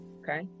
okay